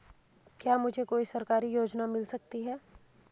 क्या मुझे कोई सरकारी योजना मिल सकती है?